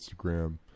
Instagram